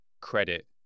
credit